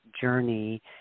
journey